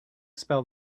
spell